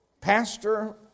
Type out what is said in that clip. Pastor